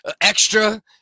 extra